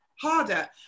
harder